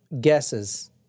guesses